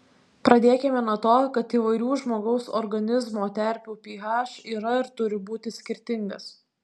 pradėkime nuo to kad įvairių žmogaus organizmo terpių ph yra ir turi būti skirtingas